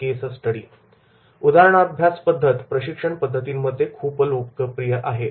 केस स्टडीपद्धत प्रशिक्षण पद्धतींमध्ये खूप लोकप्रिय आहे